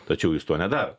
tačiau jūs to nedarot